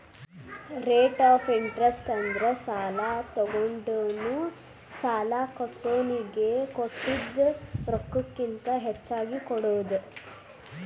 rate of interest ಅಂದ್ರ ಸಾಲಾ ತೊಗೊಂಡೋನು ಸಾಲಾ ಕೊಟ್ಟೋನಿಗಿ ಕೊಟ್ಟಿದ್ ರೊಕ್ಕಕ್ಕಿಂತ ಹೆಚ್ಚಿಗಿ ಕೊಡೋದ್